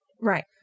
Right